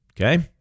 Okay